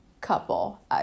couple